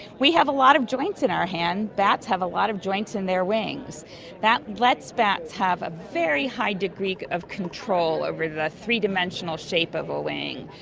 we have a lot of joints in our hand, bats have a lot of joints in their wings and that lets bats have a very high degree of control over the three-dimensional shape of a wing.